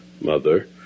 mother